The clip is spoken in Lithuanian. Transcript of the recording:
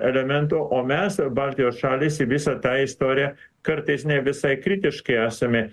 elementų o mes ir baltijos šalys į visą tą istoriją kartais ne visai kritiškai esame